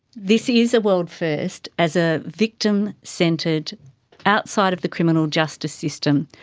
this is a world first, as a victim-centred, outside of the criminal justice system,